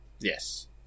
Yes